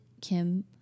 Kim